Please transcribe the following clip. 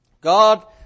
God